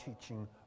teaching